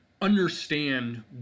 Understand